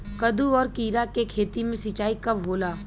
कदु और किरा के खेती में सिंचाई कब होला?